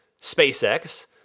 SpaceX